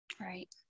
Right